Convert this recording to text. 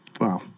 Wow